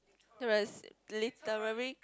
the rest live the memory